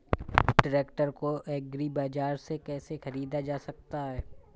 Tractor को agri बाजार से कैसे ख़रीदा जा सकता हैं?